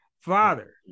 father